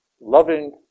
loving